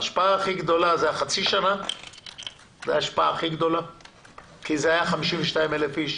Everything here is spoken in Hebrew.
ההשפעה הכי גדולה זה החצי שנה כי זה היה 52,000 איש,